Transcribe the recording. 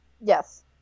Yes